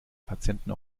patienten